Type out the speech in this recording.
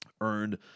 earned